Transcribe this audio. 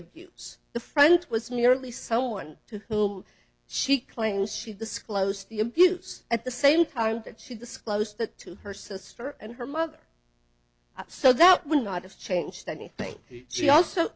abuse the friend was merely someone to whom she claims she disclosed the abuse at the same time that she disclosed that to her sister and her mother so that would not have changed anything she also